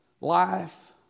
life